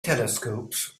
telescopes